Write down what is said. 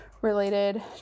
related